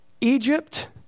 Egypt